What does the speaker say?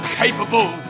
capable